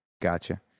gotcha